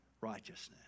righteousness